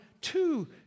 two